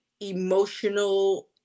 emotional